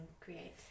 create